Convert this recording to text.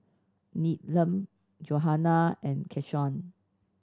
Needham Johanna and Keshawn